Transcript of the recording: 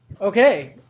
Okay